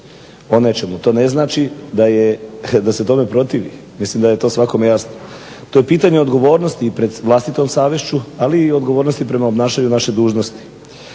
o nečemu, to ne znači da se tome protiv, mislim da je to svakome jasno. To je pitanje odgovornosti i pred vlastitom savješću ali i odgovornosti prema obnašanju naše dužnosti,